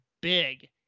big